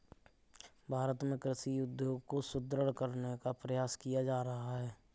भारत में कृषि उद्योग को सुदृढ़ करने का प्रयास किया जा रहा है